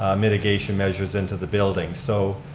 ah mitigation measures into the building. so,